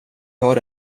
har